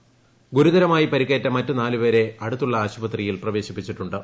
പ്രഗ്ുരുതരമായി പരിക്കേറ്റ മറ്റ് നാലുപേരെ അടുത്തുള്ള ആശുപൃത്രിയിൽ പ്രവേശിപ്പിച്ചിട്ടു ്